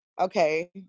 Okay